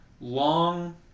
long